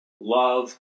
love